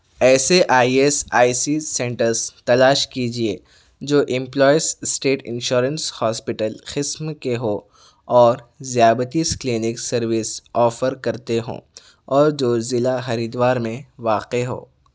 ایسے E S I C centres تلاش کیجیے جو امپلائیز اسٹیٹ انشورنس ہوسپیٹل قسم کے ہوں اور ذیابطیس کلینک سروس اوفر کرتے ہوں اور جو ضلع ہریدوار میں واقع ہو